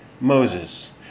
Moses